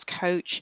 coach